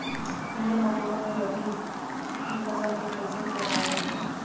कीड़ों मकोड़ों से रबी की फसल के कइसे बचावल जा?